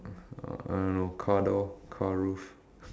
I don't know car door car roof